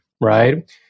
right